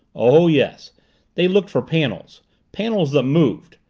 oh, yes they looked for panels panels that moved.